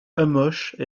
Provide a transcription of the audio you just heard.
hamoche